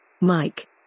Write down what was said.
Mike